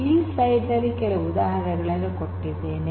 ಈ ಸ್ಲೈಡ್ ನಲ್ಲಿ ಕೆಲವು ಉದಾಹರಣೆಗಳನ್ನು ಕೊಟ್ಟಿದ್ದೇನೆ